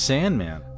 Sandman